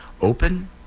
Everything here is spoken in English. Open